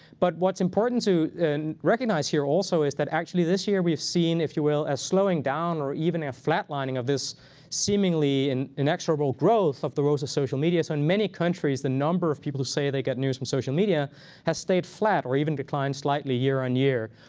but what's important to recognize here also is that, actually, this year we've seen, if you will, a slowing down or even a flat-lining of this seemingly and inexorable growth of the roles of social media. so in many countries, the number of people who say they get news from social media has stayed flat or even declined slightly year-on-year.